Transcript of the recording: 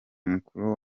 mukuru